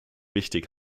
wichtig